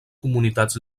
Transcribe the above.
comunitats